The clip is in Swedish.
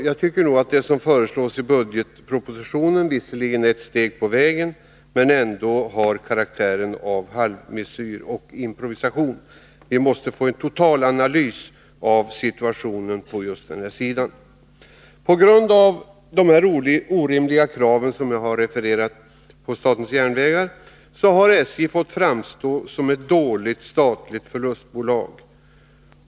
Jag tycker att det som föreslås i budgetpropositionen visserligen är ett steg på vägen men har karaktären av halvmesyr och improvisation. Vi måste få en totalanalys av situationen på just den här sidan. På grund av de orimliga krav på statens järnvägar som jag refererat har SJ fått framstå som ett dåligt statligt förlustbolag.